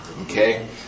Okay